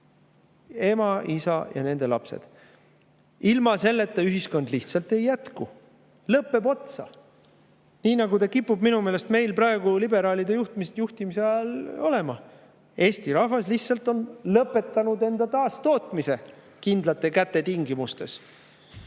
ema, isa ja nende lapsed. Ilma selleta ühiskond lihtsalt ei jätku, lõpeb otsa. Nii nagu ta kipub minu meelest meil praegu liberaalide juhtimise ajal olema: eesti rahvas on lihtsalt lõpetanud enda taastootmise kindlate käte tingimustes.